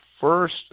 first